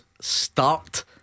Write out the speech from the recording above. start